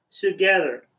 together